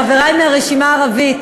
לחברי מהרשימה הערבית,